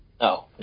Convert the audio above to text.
no